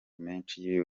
menshi